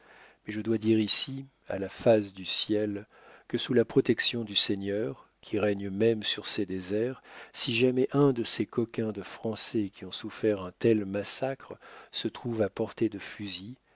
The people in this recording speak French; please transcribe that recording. mais je dois dire ici à la face du ciel que sous la protection du seigneur qui règne même sur ces déserts si jamais un de ces coquins de français qui ont souffert un tel massacre se trouve à portée de fusil